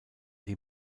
die